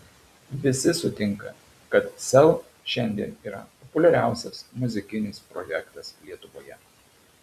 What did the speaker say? visi sutinka kad sel šiandien yra populiariausias muzikinis projektas lietuvoje